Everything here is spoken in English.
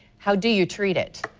how do you treat it?